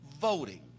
voting